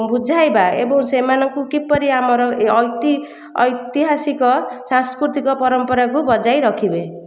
ବୁଝାଇବା ଏବଂ ସେମାନଙ୍କୁ କିପରି ଆମର ଏଇ ଐତି ଐତିହାସିକ ସାଂସ୍କୃତିକ ପରମ୍ପରାକୁ ବଜାଇ ରଖିବେ